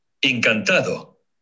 Encantado